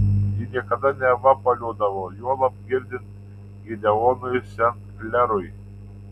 ji niekada nevapaliodavo juolab girdint gideonui sent klerui